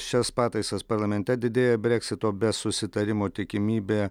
šias pataisas parlamente didėja breksito be susitarimo tikimybė